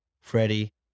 Freddie